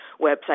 website